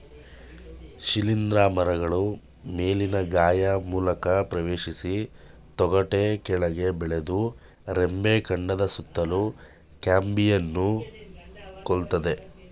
ಶಿಲೀಂಧ್ರ ಮರಗಳ ಮೇಲಿನ ಗಾಯ ಮೂಲಕ ಪ್ರವೇಶಿಸಿ ತೊಗಟೆ ಕೆಳಗೆ ಬೆಳೆದು ರೆಂಬೆ ಕಾಂಡದ ಸುತ್ತಲೂ ಕ್ಯಾಂಬಿಯಂನ್ನು ಕೊಲ್ತದೆ